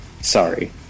Sorry